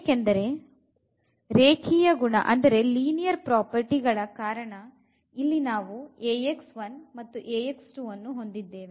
ಏಕೆಂದರೆ ರೇಖೀಯ ಗುಣಗಳ ಕಾರಣ ಇಲ್ಲಿ ನಾವು ಮತ್ತು ಅನ್ನು ಹೊಂದಿದ್ದೇವೆ